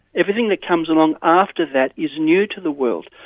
everything that comes along after that is new to the world.